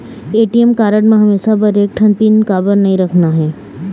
ATM card म हमेशा बर एक ठन पिन काबर नई रखना हे?